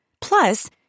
Plus